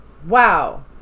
wow